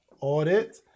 audit